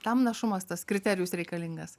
tam našumas tas kriterijus reikalingas